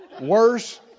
worse